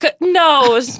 No